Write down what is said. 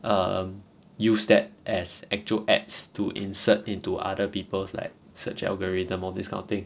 um use that as actual ads to insert into other people's like search algorithm or this kind of thing